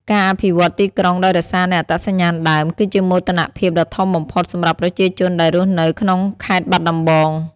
ការអភិវឌ្ឍទីក្រុងដោយរក្សានូវអត្តសញ្ញាណដើម គឺជាមោទនភាពដ៏ធំបំផុតសម្រាប់ប្រជាជនដែលរស់នៅក្នុងខេត្តបាត់ដំបង។